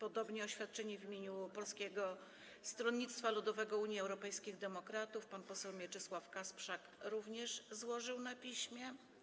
Oświadczenie w imieniu Polskiego Stronnictwa Ludowego - Unii Europejskich Demokratów pan poseł Mieczysław Kasprzak również złożył na piśmie.